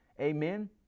amen